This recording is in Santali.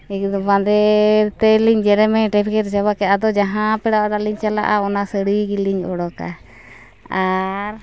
ᱮᱹᱠ ᱫᱚ ᱵᱟᱸᱫᱮ ᱛᱮᱞᱤᱧ ᱡᱮᱨᱮᱢᱮ ᱴᱮᱴᱜᱮᱨ ᱪᱟᱵᱟ ᱠᱮᱜᱼᱟ ᱟᱫᱚ ᱡᱟᱦᱟᱸ ᱯᱮᱲᱟ ᱚᱲᱟᱜ ᱞᱤᱧ ᱪᱟᱞᱟᱜᱼᱟ ᱚᱱᱟ ᱥᱟᱹᱲᱤ ᱚᱱᱟ ᱥᱟᱹᱲᱤ ᱜᱮᱞᱤᱧ ᱚᱰᱳᱠᱟ ᱟᱨ